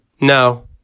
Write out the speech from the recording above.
No